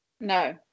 no